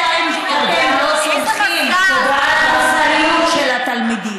אלא אם כן אתם לא סומכים על המוסריות של התלמידים.